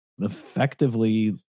effectively